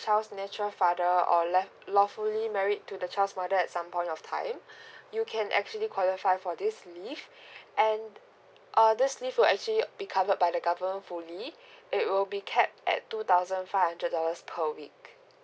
child's natural father or lef~ lawfully married to the child's mother at some point of time you can actually qualify for this leave and uh this leave will actually be covered by the government fully it will be cap at two thousand five hundred dollars per week